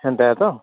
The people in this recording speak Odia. ସେମିତିଆ ତ